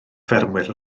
ffermwyr